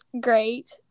great